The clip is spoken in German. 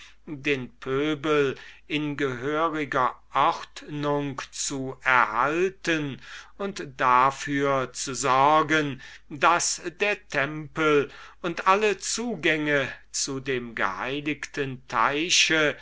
den pöbel in gehöriger ordnung zu erhalten und dafür zu sorgen daß der tempel und alle zugänge zu dem geheiligten teiche